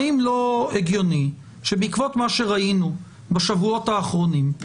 האם לא הגיוני שבעקבות מה שראינו בשבועות האחרונים,